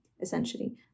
essentially